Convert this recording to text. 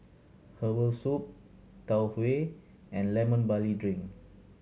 herbal soup Tau Huay and Lemon Barley Drink